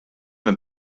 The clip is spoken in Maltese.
hemm